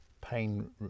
Pain